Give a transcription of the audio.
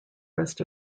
rest